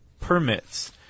permits